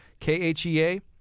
KHEA